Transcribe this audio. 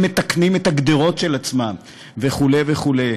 הם מתקנים את הגדרות של עצמם וכו' וכו'.